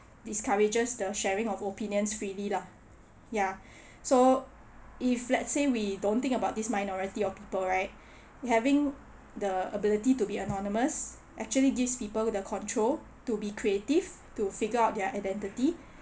discourages the sharing of opinions freely lah ya so if let's say we don't think about this minority of people right having the ability to be anonymous actually gives people the control to be creative to figure out their identity